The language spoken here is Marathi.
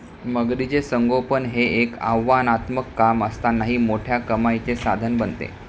मगरीचे संगोपन हे एक आव्हानात्मक काम असतानाही मोठ्या कमाईचे साधन बनते